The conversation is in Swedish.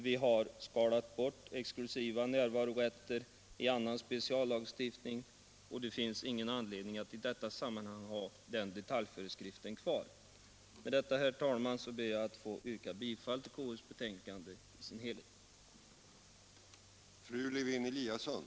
Vi har skalat bort exklusiva närvarorätter i annan speciallagstiftning, och det finns ingen anledning att i detta sammanhang ha den detaljföreskriften kvar. Med det sagda ber jag, herr talman, att få yrka bifall till konstitutionsutskottets hemställan i dess helhet.